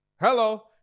Hello